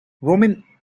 roaming